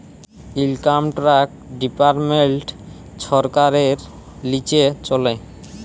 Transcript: income tax department ছরকারের লিচে চলে